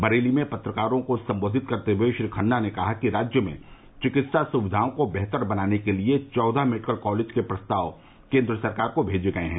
बरेली में पत्रकारों को सम्बोधित करते हुए श्री खन्ना ने कहा कि राज्य में चिकित्सा सुविघाओं को बेहतर बनाने के लिये चौदह मेडिकल कॉलेज के प्रस्ताव केन्द्र सरकार को भेजे गये है